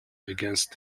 against